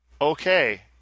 Okay